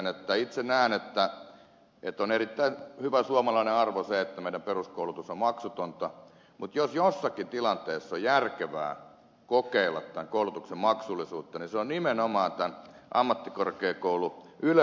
itse näen että on erittäin hyvä suomalainen arvo se että meidän peruskoulutus on maksutonta mutta jos jossakin tilanteessa on järkevää kokeilla tämän koulutuksen maksullisuutta niin se on nimenomaan tämän ylemmän ammattikorkeakoulututkinnon osalta